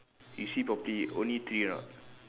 you see properly only three or not